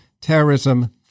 terrorism